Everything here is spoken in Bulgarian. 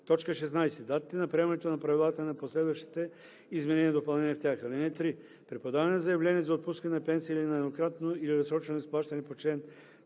тях; 16. датите на приемането на правилата и на последващите изменения и допълнения в тях. (3) При подаване на заявление за отпускане на пенсия или на еднократно или разсрочено изплащане по чл.